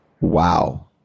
Wow